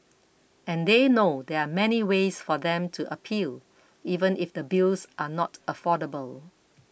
and they know there are many ways for them to appeal even if the bills are not affordable